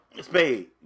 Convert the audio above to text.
Spade